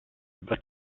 über